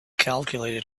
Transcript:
calculator